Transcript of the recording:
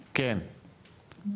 בזום,